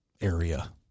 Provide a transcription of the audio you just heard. area